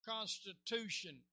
Constitution